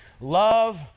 love